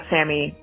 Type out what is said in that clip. Sammy